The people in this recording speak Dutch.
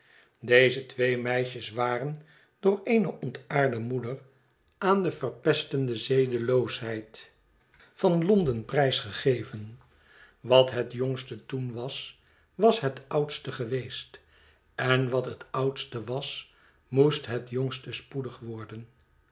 deze twee meisjes waren door eene ontaarde moeder aan de verpestende zedeloosheid van de gevangenwagen ml londen prijs gegeven wat het jongste toen was was het oudste geweest en wat hetoudste was moest het jongste spoedig worden